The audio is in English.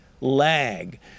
lag